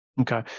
Okay